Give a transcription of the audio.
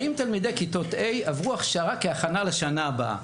האם תלמידי כיתות ה' עברו הכשרה כהכנה לשנה הבאה?